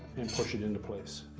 and push it into place.